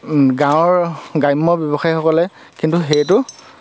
গাঁৱৰ গ্ৰাম্য ব্যৱসায়ীসকলে কিন্তু সেইটো